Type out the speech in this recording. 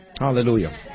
Hallelujah